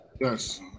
Yes